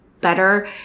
better